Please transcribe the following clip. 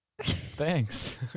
Thanks